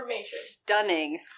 Stunning